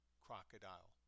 crocodile